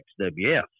XWF